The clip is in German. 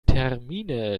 termine